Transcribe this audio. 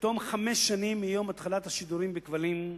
שבתום חמש שנים מיום התחלת השידורים בכבלים,